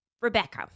Rebecca